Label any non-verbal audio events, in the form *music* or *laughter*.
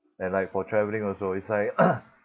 and like for travelling also it's like *noise*